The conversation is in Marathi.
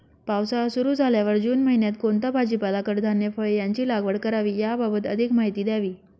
पावसाळा सुरु झाल्यावर जून महिन्यात कोणता भाजीपाला, कडधान्य, फळे यांची लागवड करावी याबाबत अधिक माहिती द्यावी?